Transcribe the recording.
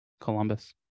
Columbus